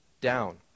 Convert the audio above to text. down